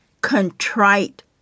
contrite